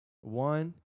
one